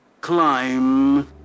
Climb